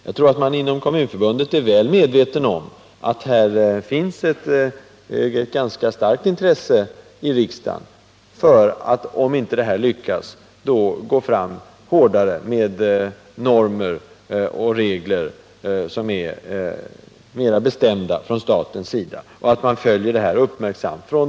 Jag tror att man inom Kommunförbundet är väl medveten om att det finns ett ganska stort intresse i riksdagen för att — om den här metoden inte lyckas — låta staten gå fram hårdare med mera bestämda normer och regler och att de olika riksdagspartierna följer utvecklingen med uppmärksamhet.